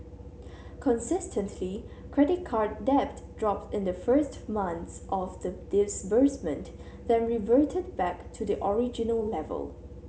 consistently credit card debt dropped in the first months after the disbursement then reverted back to the original level